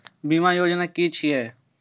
बीमा योजना कि छिऐ?